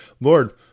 Lord